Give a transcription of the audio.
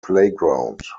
playground